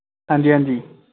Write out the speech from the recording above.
हां जी हां जी